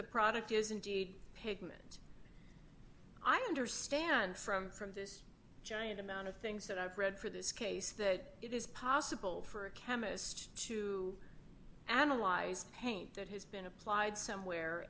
the product is indeed pigment i understand from from this giant amount of things that i've read for this case that it is possible for a chemist to analyze paint that has been applied somewhere